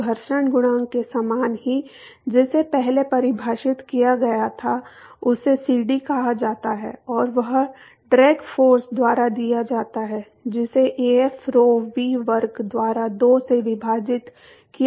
तो घर्षण गुणांक के समान ही जिसे पहले परिभाषित किया गया था उसे सीडी कहा जाता है और वह ड्रैग फोर्स द्वारा दिया जाता है जिसे Af rho V वर्ग द्वारा 2 से विभाजित किया जाता है